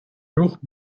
rûch